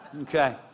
Okay